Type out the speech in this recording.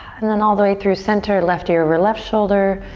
and then all the way through center. left ear over left shoulder,